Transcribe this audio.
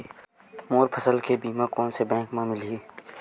मोर फसल के बीमा कोन से बैंक म मिलही?